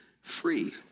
free